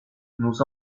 nous